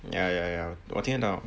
ya ya ya 我听得到